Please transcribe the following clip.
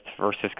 versus